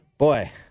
Boy